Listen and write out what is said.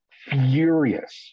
furious